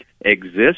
exists